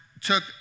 took